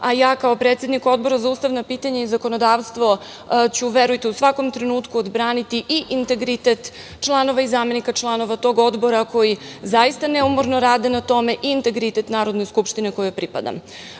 a ja kao predsednik Odbora za ustavna pitanja i zakonodavstvo ću, verujte, u svakom trenutku odbraniti i integritet članova i zamenika članova tog odbora koji zaista neumorno rade na tome i integritet Narodne skupštine kojoj pripadam. Mi